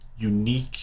unique